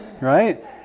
right